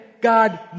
God